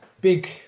big